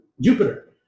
Jupiter